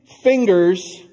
fingers